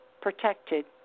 protected